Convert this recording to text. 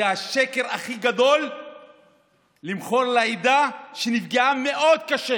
זה השקר הכי גדול למכור לעדה שנפגעה מאוד קשה